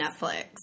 Netflix